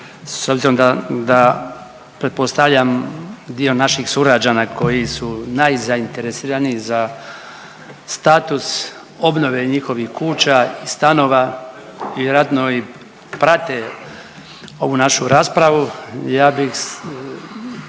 s obzirom da pretpostavljam dio naših sugrađana koji su najzainteresiraniji za status obnove njihovih kuća i stanova vjerojatno i prate ovu našu raspravu. Ja bih